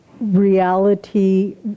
reality